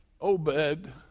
Obed